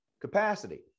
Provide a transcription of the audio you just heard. capacity